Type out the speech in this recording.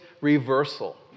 Reversal